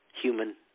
human